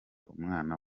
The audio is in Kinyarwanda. umwana